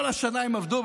כל השנה הם עבדו,